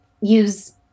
use